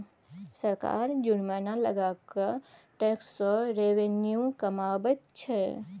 सरकार जुर्माना लगा कय टैक्स सँ रेवेन्यू कमाबैत छै